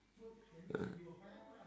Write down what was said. uh